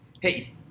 Hey